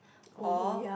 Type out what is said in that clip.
or